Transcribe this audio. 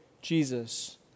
Jesus